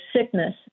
sickness